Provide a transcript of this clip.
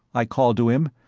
i called to him,